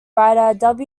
writer